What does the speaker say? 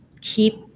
keep